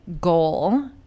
goal